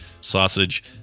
sausage